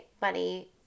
money